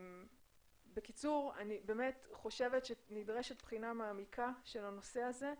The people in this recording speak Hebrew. אני באמת חושבת שנדרשת בחינה מעמיקה של הנושא הזה,